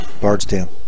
Bardstown